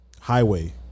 Highway